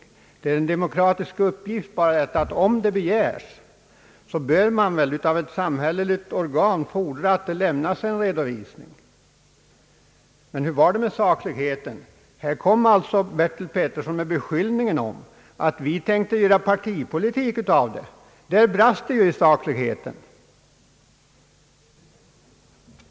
Det är en självklart demokratisk uppgift att ett samhälleligt organ lämnar en redovisning när så många begär det i en fråga som vi nu diskuterar. Men hur var det med sakligheten, när herr Bertil Petersson alltså kom med beskyllningen att vi tänkte göra partipolitik av denna fråga? Där brast det i saklighet.